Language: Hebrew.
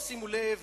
שימו לב,